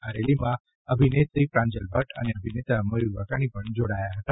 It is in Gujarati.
આ રેલીમાં અભિનંત્રી પ્રાંજલ ભટ્ટ અને અભિનેતા મયુર વાકાણી પણ જોડાયા હતા